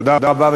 תודה רבה.